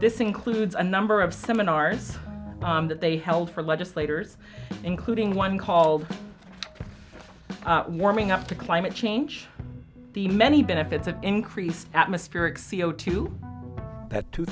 this includes a number of seminars that they held for legislators including one called warming up to climate change the many benefits of increased atmospheric c o two